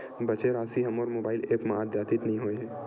बचे राशि हा मोर मोबाइल ऐप मा आद्यतित नै होए हे